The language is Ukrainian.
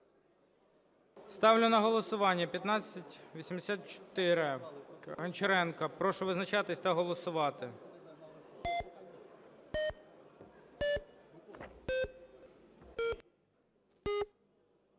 Ставлю на голосування 1584, Гончаренко. Прошу визначатись та голосувати.